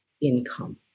income